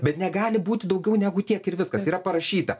bet negali būti daugiau negu tiek ir viskas yra parašyta